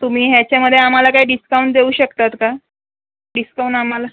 तुम्ही ह्याच्यामध्ये आम्हाला काय डिस्काउंट देऊ शकतात का डिस्काउंट आम्हाला